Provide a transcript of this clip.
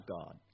God